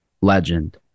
legend